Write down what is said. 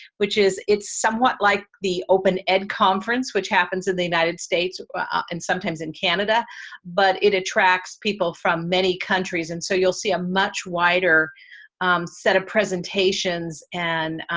which is it's somewhat like the open ed conference, which happens in the united states and sometimes in canada but it attracts people from many countries, and so you'll see a much wider set of presentations and